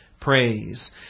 praise